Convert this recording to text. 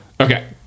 Okay